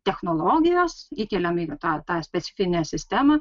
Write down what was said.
technologijos įkeliam į tą tą specifinę sistemą